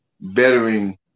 bettering